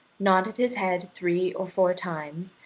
nodded his head three or four times,